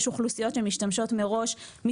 מה